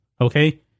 Okay